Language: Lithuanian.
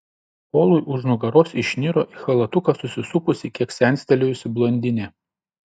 polui už nugaros išniro į chalatuką susisupusi kiek senstelėjusi blondinė